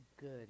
good